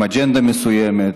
עם אג'נדה מסוימת,